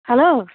hello